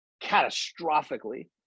catastrophically